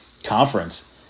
conference